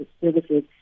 services